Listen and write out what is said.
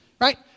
right